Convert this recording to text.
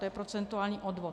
To je procentuální odvod.